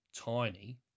tiny